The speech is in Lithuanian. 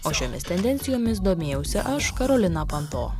o šiomis tendencijomis domėjausi aš karolina panto